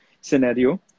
scenario